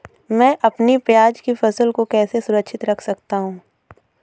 मैं अपनी प्याज की फसल को कैसे सुरक्षित रख सकता हूँ?